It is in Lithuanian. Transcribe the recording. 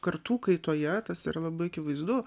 kartų kaitoje tas yra labai akivaizdu